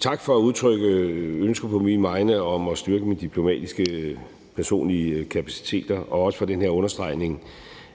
Tak for at udtrykke ønsker på mine vegne om at styrke mine diplomatiske personlige kapaciteter og også for den her understregning